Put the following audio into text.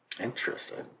Interesting